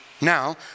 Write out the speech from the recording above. Now